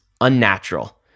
unnatural